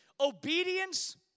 obedience